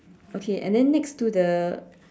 okay and then next to the